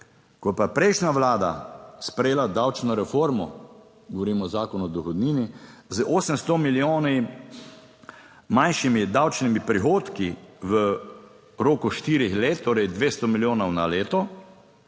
je pa prejšnja vlada sprejela davčno reformo, govorimo o Zakonu o dohodnini z 800 milijoni manjšimi davčnimi prihodki v roku štirih let, torej 200 milijonov na leto,